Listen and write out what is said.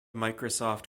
microsoft